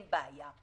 אין בעיה של מבנים.